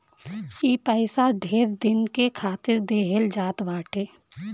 ई पइसा ढेर दिन के खातिर देहल जात बाटे